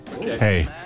Hey